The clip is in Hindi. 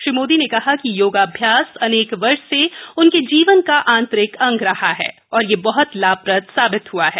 श्री मोदी ने कहा कि योगाभ्यास अनेक वर्ष से उनके जीवन का आंतरिक अंग रहा है और यह बहत लाभप्रद साबित हआ है